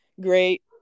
Great